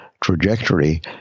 trajectory